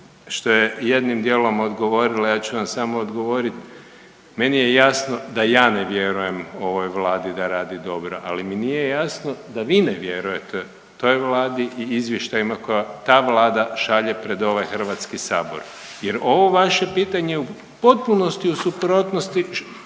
što je jednim dijelom odgovorila. Ja ću vam samo odgovorit, meni je jasno da ja ne vjerujem ovoj vladi da radi dobro, ali mi nije jasno da vi ne vjerujete toj vladi i izvještajima koje ta vlada šalje pred ovaj HS jer ovo vaše pitanje je u potpunosti u suprotnosti